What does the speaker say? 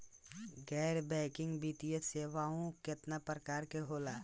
गैर बैंकिंग वित्तीय सेवाओं केतना प्रकार के होला?